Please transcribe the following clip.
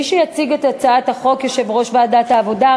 מי שיציג את הצעת החוק הוא יושב-ראש ועדת העבודה,